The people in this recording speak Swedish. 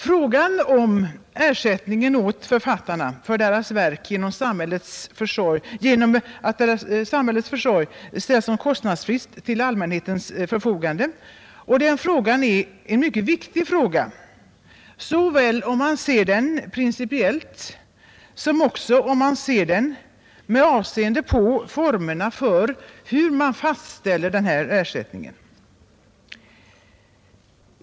Frågan om ersättningen åt författarna för att deras verk genom samhällets försorg kostnadsfritt ställs till allmänhetens förfogande är mycket viktig såväl om man ser den principiellt som om man ser den med avseende på formerna för fastställande av denna ersättning.